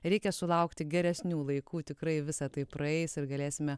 reikia sulaukti geresnių laikų tikrai visa tai praeis ir galėsime